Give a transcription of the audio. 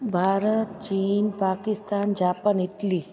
भारत चीन Pakistan Japan Italy